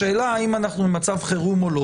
השאלה אם אנחנו במצב חירום או לא,